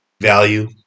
value